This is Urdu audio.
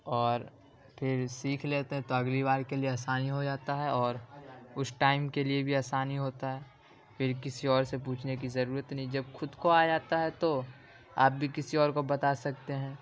اور پھر سیکھ لیتے تو اگلی بار کے لیے آسانی ہو جاتا ہے اور اس ٹائم کے لیے بھی آسانی ہوتا ہے پھر کسی اور سے پوچھنے کی ضرورت نہیں جب خود کو آ جاتا ہے تو آپ بھی کسی اور کو بتا سکتے ہیں